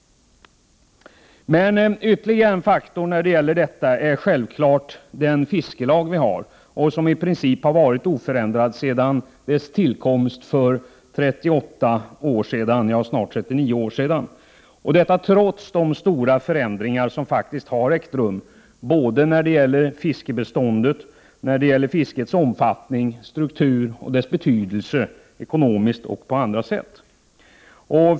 Ytterligare en faktor är den fiskelag som vi har och som i princip har varit Prot. 1988/89:35 oförändrad sedan sin tillkomst för snart 39 år sedan, detta trots de stora 30 november 1988 förändringar som har ägt rum när det gäller såväl fiskbeståndet som fiskets mg, = omfattning, struktur och betydelse, ekonomiskt och på andra sätt.